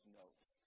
notes